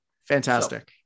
Fantastic